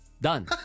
done